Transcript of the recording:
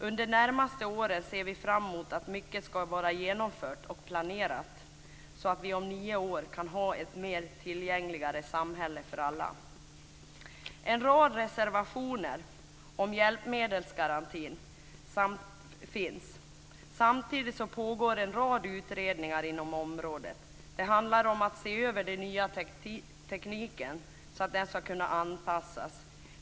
Under de närmaste åren ser vi fram emot att mycket ska vara genomfört och planerat så att vi om nio år kan ha ett mer tillgängligt samhälle för alla. Det finns en rad reservationer om hjälpmedelsgarantin till betänkandet. Samtidigt pågår det en rad utredningar inom området. Det handlar om att se över den nya tekniken så att den ska kunna anpassas.